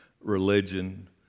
religion